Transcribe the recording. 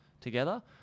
together